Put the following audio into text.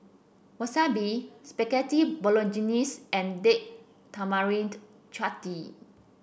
Wasabi Spaghetti Bolognese and Date Tamarind Chutney